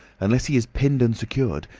unless he is pinned and secured,